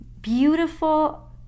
beautiful